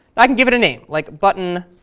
i can give it a name, like buttonpressed,